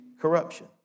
corruption